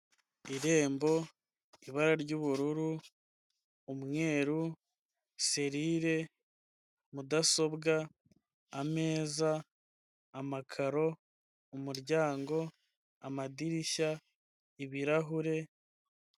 Irembo, ibara ry'ubururu, umweru, serire, mudasobwa, ameza, amakaro, umuryango, amadirishya, ibirahure.